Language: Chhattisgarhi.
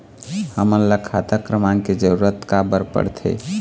हमन ला खाता क्रमांक के जरूरत का बर पड़थे?